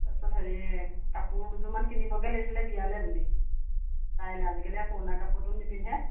তাৰপিছত হেৰি কাপোৰ দুযোৰমান কিনিবগৈ লাগিছিলে বিয়ালৈ বুলি পাৰিলে আজি কালি পুৰণা কাপোৰটো নিপিন্ধে